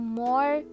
more